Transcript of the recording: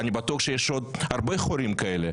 אני בטוח שיש עוד הרבה חורים כאלה.